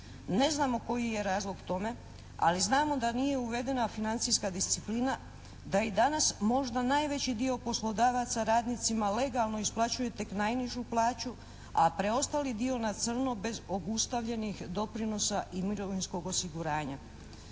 Ne znamo koji je razlog tome, ali znamo da nije uvedena financijska disciplina, da i danas možda najveći dio poslodavaca radnicima legalno isplaćuje tek najnižu plaću, a preostali dio na crno bez obustavljenih doprinosa i mirovinskog osiguranja.